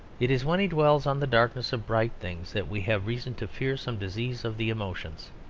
it is when he dwells on the darkness of bright things that we have reason to fear some disease of the emotions.